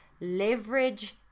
leverage